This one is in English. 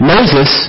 Moses